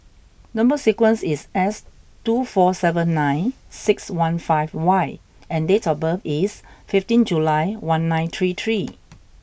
number sequence is S two four seven nine six one five Y and date of birth is fifteen July one nine three three